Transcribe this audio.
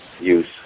use